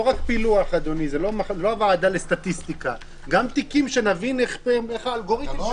הישיבה ננעלה בשעה 15:59.